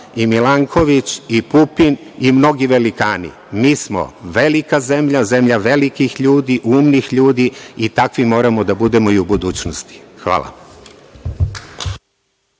i Milanković i Pupin i mnogi velikani. Mi smo velika zemlja, zemlja velikih ljudi, umnih ljudi i takvi moramo da budemo i u budućnosti. Hvala.